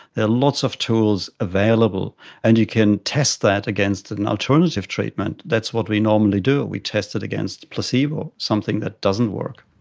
there are lots of tools available and you can test that against an alternative treatment. that's what we normally do, we test it against placebo, something that doesn't work.